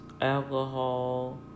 alcohol